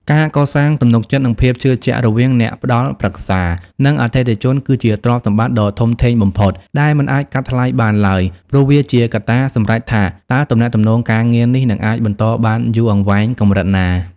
ការកសាងទំនុកចិត្ត និងភាពជឿជាក់រវាងអ្នកផ្ដល់ប្រឹក្សា និងអតិថិជន គឺជាទ្រព្យសម្បត្តិដ៏ធំធេងបំផុតដែលមិនអាចកាត់ថ្លៃបានឡើយ ព្រោះវាជាកត្តាសម្រេចថាតើទំនាក់ទំនងការងារនេះនឹងអាចបន្តបានយូរអង្វែងកម្រិតណា។